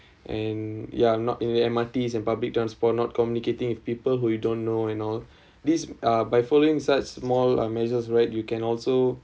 and ya I'm not in the M_R_Ts and public transport not communicating with people who don't know and all these uh by following such small a measures right you can also